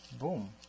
Boom